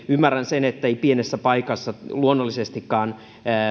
ymmärrän sen ettei pienessä paikassa luonnollisestikaan